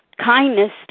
kindness